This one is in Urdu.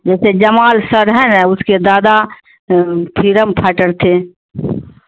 جیسے جمال سر ہیں نا اس کے دادا فریڈم فائٹر تھے